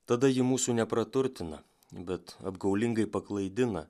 tada ji mūsų nepraturtina bet apgaulingai paklaidina